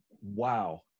Wow